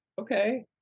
okay